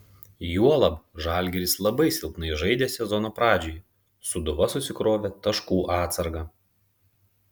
juolab žalgiris labai silpnai žaidė sezono pradžioje sūduva susikrovė taškų atsargą